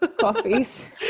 Coffees